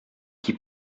qui